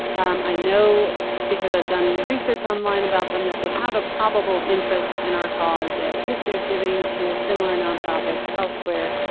um i know because i've done research online about them that they have a probable interest in our cause. they have a history of giving to similar non-profits elsewhere.